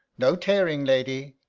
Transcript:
no tearing, lady!